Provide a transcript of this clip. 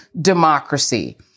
democracy